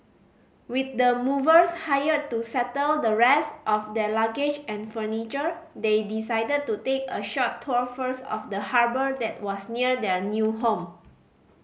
with the movers hired to settle the rest of their luggage and furniture they decided to take a short tour first of the harbour that was near their new home